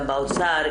באוצר,